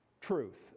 truth